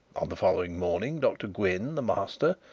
on the following morning dr gwynne, the master,